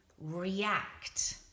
react